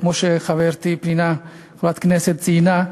כמו שחברתי, חברת הכנסת פנינה, ציינה,